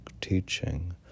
teaching